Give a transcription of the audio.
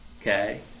Okay